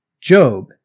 Job